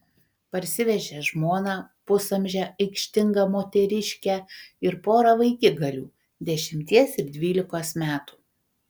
parsivežė žmoną pusamžę aikštingą moteriškę ir porą vaikigalių dešimties ir dvylikos metų